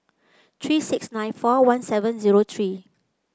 three six nine four one seven zero three